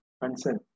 concern